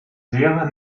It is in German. wäre